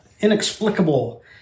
inexplicable